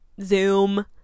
zoom